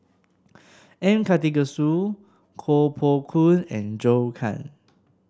M Karthigesu Koh Poh Koon and Zhou Can